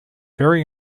very